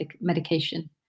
medication